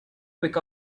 pick